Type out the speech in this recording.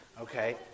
Okay